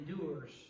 endures